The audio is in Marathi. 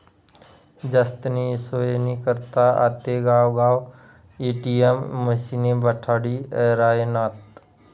जास्तीनी सोयनी करता आते गावगाव ए.टी.एम मशिने बठाडी रायनात